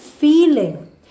feeling